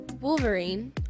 Wolverine